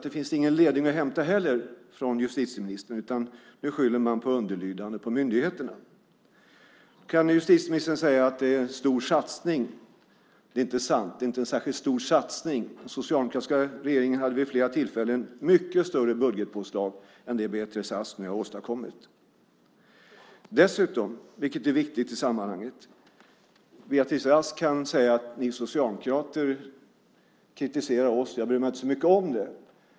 Det finns ingen ledning att hämta här heller från justitieministern. Nu skyller man på underlydande, på myndigheterna. Kan justitieministern säga att det är en stor satsning? Det är inte sant. Det är inte en särskilt stor satsning. Den socialdemokratiska regeringen gjorde vid flera tillfällen mycket större budgetpåslag än det Beatrice Ask nu har åstadkommit. Dessutom är det så, vilket är viktigt i sammanhanget, att Beatrice Ask kan säga: Ni socialdemokrater kritiserar oss, men jag bryr mig inte så mycket om det.